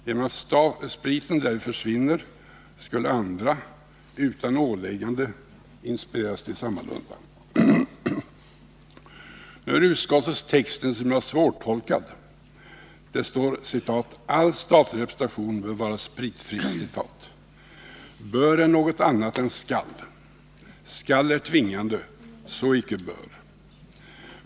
Genom att spriten därvid försvinner skulle andra — utan åläggande — inspireras till att göra på samma sätt. Nu är texten i utskottsbetänkandet en smula svårtolkad. Det står att ”all statlig representation bör vara spritfri”. Bör är något annat än skall. Skall är tvingande, så icke bör.